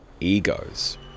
Egos